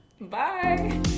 bye